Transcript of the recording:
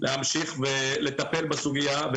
להמשיך ולטפל בסוגייה,